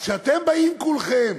אז כשאתם באים כולכם